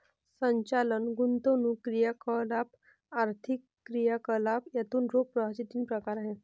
संचालन, गुंतवणूक क्रियाकलाप, आर्थिक क्रियाकलाप यातून रोख प्रवाहाचे तीन प्रकार आहेत